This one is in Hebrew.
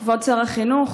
כבוד שר החינוך,